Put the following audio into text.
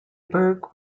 burgh